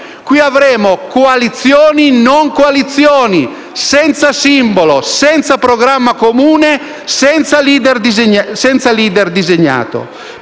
caso avremo coalizioni non coalizioni, senza simbolo, senza programma comune e senza *leader* designato.